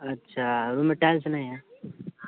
अच्छा रूम में टाइल्स नहीं हैं